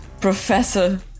professor